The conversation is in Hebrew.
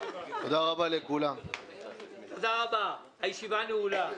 רבה, הישיבה נעולה.